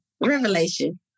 Revelation